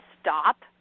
stop